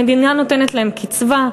המדינה נותנת להם קצבה,